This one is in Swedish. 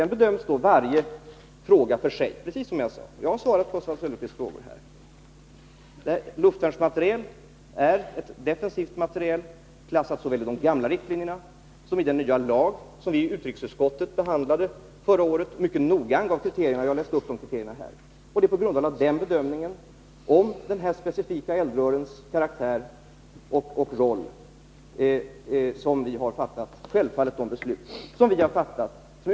Varje fråga bedöms för sig, precis som jag sade i mitt svar. Jag har svarat på Oswald Söderqvists frågor. Luftvärnsmateriel är ett defensivt materiel. Sådant är det klassat såväl i de gamla riktlinjerna som i den nya lag som vi i utrikesutskottet behandlade mycket noggrant förra året. Jag läste upp de kriterierna här. Det är självfallet på grundval av den bedömningen — beträffande de specifika eldrörens karaktär och roll — som vi har fattat beslut.